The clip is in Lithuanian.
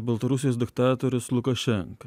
baltarusijos diktatorius lukašenka